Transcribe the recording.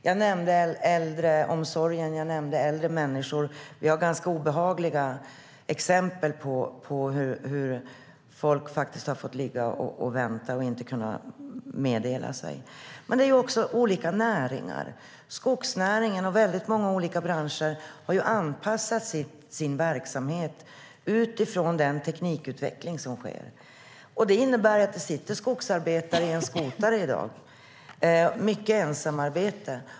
Jag nämnde äldreomsorgen och äldre människor, och det finns ganska obehagliga exempel på hur folk har fått ligga och vänta och inte kunnat meddela sig. Skogsnäringen och många andra branscher har anpassat sin verksamhet utifrån den teknikutveckling som sker. Det innebär att det sitter skogsarbetare i skotare i dag och har mycket ensamarbete.